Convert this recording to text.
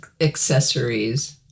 accessories